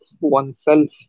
oneself